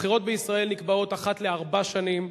הבחירות בישראל נקבעות אחת לארבע שנים.